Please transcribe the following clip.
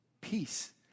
peace